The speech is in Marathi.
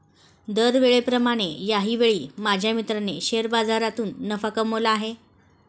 दरवेळेप्रमाणे याही वेळी माझ्या मित्राने शेअर बाजारातून नफा कमावला आहे